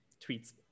tweets